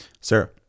Sarah